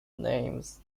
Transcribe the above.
names